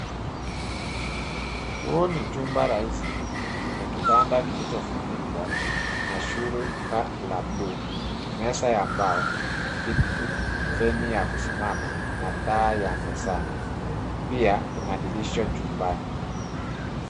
Huu ni chumba rahisi chenye kitanda kilichofunikwa na shuka la buluu, meza ya mbao, kiti, feni ya kusimama na taa ya mezani, pia kuna dirisha chumbani.